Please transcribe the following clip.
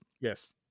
Yes